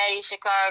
Chicago